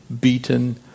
beaten